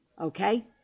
Okay